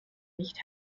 nicht